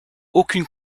aucune